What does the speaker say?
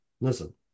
listen